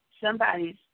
Somebody's